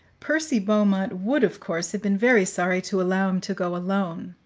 percy beaumont would, of course, have been very sorry to allow him to go alone